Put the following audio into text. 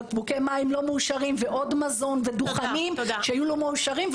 בקבוקי מים לא מאושרים ועוד מזון ודוכנים שהיו לא מאושרים,